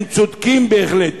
הם צודקים בהחלט.